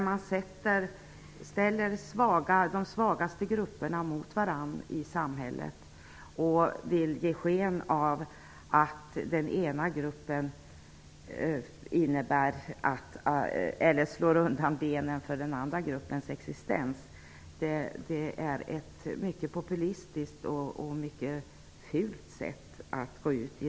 Man ställer de svagaste grupperna i samhället mot varandra och vill ge sken av att den ena gruppen slår undan benen för den andra gruppens existens. Det är populistiskt och mycket fult.